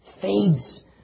fades